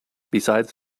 besides